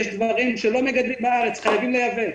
יש דברים שלא מגדלים בארץ וחייבים לייבא.